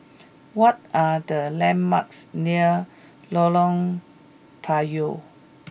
what are the landmarks near Lorong Payah